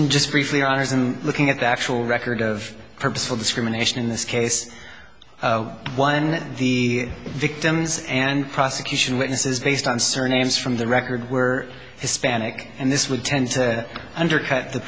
and just briefly honor's i'm looking at the actual record of purposeful discrimination in this case one of the victims and prosecution witnesses based on surnames from the record were hispanic and this would tend to undercut the